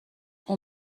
اون